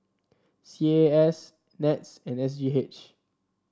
C A A S NETS and S G H